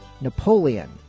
Napoleon